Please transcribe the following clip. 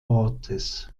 ortes